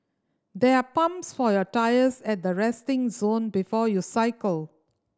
there are pumps for your tyres at the resting zone before you cycle